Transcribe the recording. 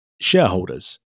shareholders